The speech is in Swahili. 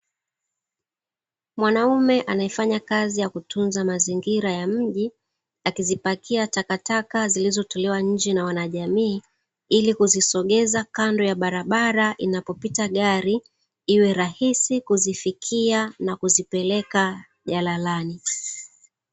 Mwanaume anayefanya kazi ya kutunza mazingira ya mji ,akizipakia takataka zilizotolewa nje na wanajamii ili kuzisogeza kando ya barabara inapopita gari iwe rahisi kuzifikia na kuzipeleka jalalani.